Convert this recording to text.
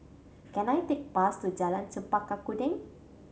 can I take bus to Jalan Chempaka Kuning